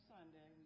Sunday